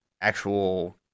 actual